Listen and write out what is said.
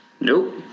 nope